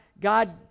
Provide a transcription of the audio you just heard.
God